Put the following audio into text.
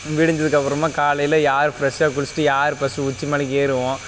விடிஞ்சதுக்கு அப்பறமாக காலையில் யார் ஃப்ரெஷ்ஷாக குளிச்சிவிட்டு யார் ஃபர்ஸ்ட்டு உச்சி மலைக்கு ஏறுவோம்